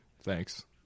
Thanks